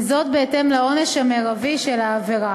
בהתאם לעונש המרבי על העבירה.